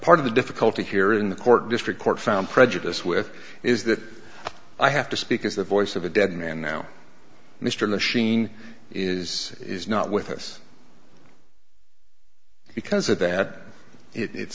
part of the difficulty here in the court district court found prejudice with is that i have to speak is the voice of a dead man now mr machine is is not with us because of that it